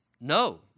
No